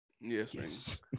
Yes